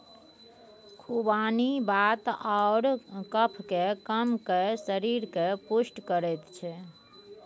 खुबानी वात आओर कफकेँ कम कए शरीरकेँ पुष्ट करैत छै